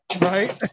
right